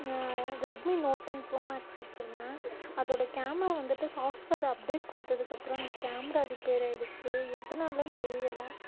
Redmi note and pro max வச்சுருந்தேன் அதோடய camera வந்துட்டு சாஃப்ட்வேர் அப்டேட் கொடுத்ததுக்கு அப்புறம் அந்த கேமரா ரிப்பேர் ஆயிருச்சு எதனாலேனு தெரியலை